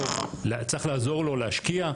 צריך לעזור לו להשקיע,